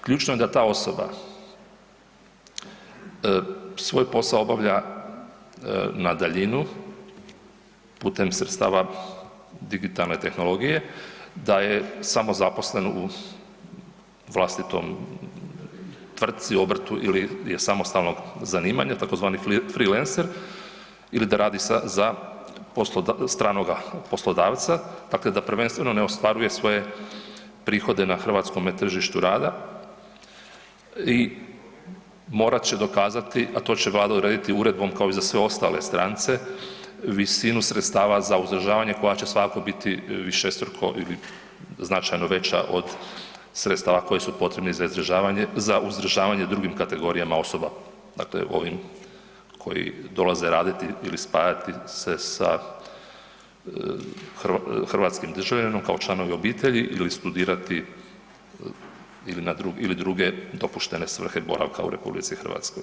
Ključno je da ta osoba svoj posao obavlja na daljinu putem sredstava digitalne tehnologije, da je samozaposlen u vlastitom tvrtci, obrtu ili je samostalno zanimanje tzv. freelancer ili da radi za stranoga poslodavca, dakle da prvenstveno ne ostvaruje svoje prihode na hrvatskome tržištu rada i morat će dokazati, a to će Vlada urediti uredbom kao i za sve ostale strance visinu sredstava za uzdržavanje koja će svakako biti višestruko, značajno veća od sredstava koja su potrebni koja su potrebna za izdržavanje, za uzdržavanje s drugim kategorijama osoba, dakle ovim koji dolaze raditi ili spajati se sa hrvatskim državljaninom kao članovi obitelji ili studirati ili na druge, ili druge dopuštene svrhe boravka u RH.